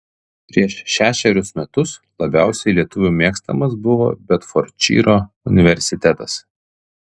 prieš šešerius metus labiausiai lietuvių mėgstamas buvo bedfordšyro universitetas